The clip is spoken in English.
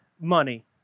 money